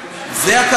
זה מה שיקרה,